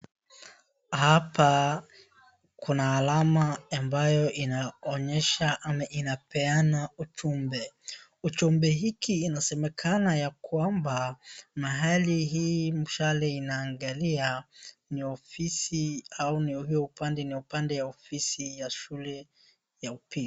Hapa kuna alama ambayo inaonyesha ama inapeana ujumbe. Ujumbe hiki inasemekana ya kwamba mahali hii mshale inaangalia ni ofisi au hio upande ni ofisi ya shule ya upili.